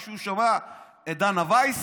מישהו שמע את דנה ויס?